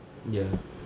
ya